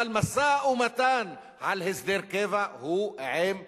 אבל משא-ומתן על הסדר קבע הוא עם אש"ף,